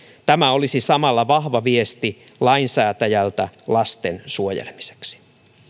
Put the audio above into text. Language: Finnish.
tämä olisi samalla vahva viesti lainsäätäjältä lasten suojelemiseksi